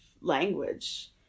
language